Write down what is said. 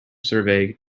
survey